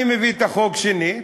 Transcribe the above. אני מביא את החוק שנית,